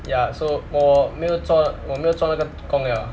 ya so 我没有做我没有做那个工了